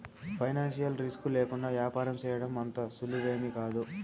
financial risk లేకుండా యాపారం సేయడం అంత సులువేమీకాదు